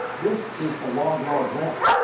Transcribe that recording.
this is a log law graph.